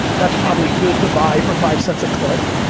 that's probably good to buy for five cents a click,